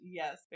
yes